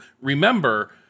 remember